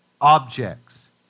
objects